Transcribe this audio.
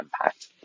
impact